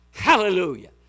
Hallelujah